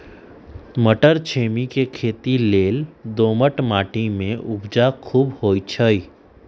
मट्टरछिमि के खेती लेल दोमट माटी में उपजा खुब होइ छइ